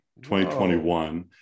2021